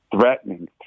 Threatening